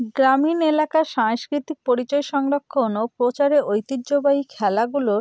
গ্রামীণ এলাকার সাংস্কৃতিক পরিচয় সংরক্ষণ ও প্রচারে ঐতিহ্যবাহী খেলাগুলো